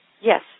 Yes